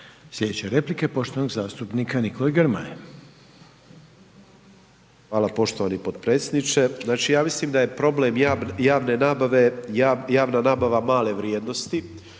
Slijedeća replika je poštovanog zastupnika Nikole Grmoje. **Grmoja, Nikola (MOST)** Hvala poštovani potpredsjedniče. Znači ja mislim da je problem javne nabave, javna nabava male vrijednosti.